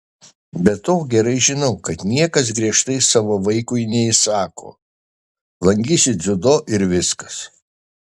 be to gerai žinau kad niekas griežtai savo vaikui neįsako lankysi dziudo ir viskas